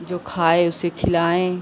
जो खाए उसे खिलाएँ